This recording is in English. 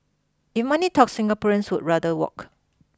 if money talks Singaporeans would rather walk